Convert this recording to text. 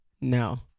No